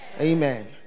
amen